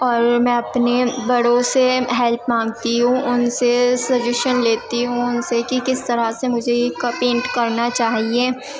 اور میں اپنے بڑوں سے ہیلپ مانگتی ہوں ان سے سجیشن لیتی ہوں ان سے کہ کس طرح سے مجھے یہ پینٹ کرنا چاہیے